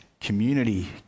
community